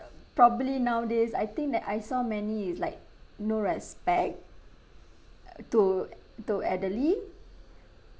probably nowadays I think that I saw many is like no respect uh to to elderly